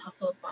Hufflepuff